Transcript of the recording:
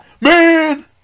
man